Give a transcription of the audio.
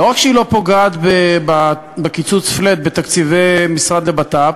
לא רק שהיא לא פוגעת בקיצוץ flat בתקציבי המשרד לבט"פ,